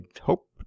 hope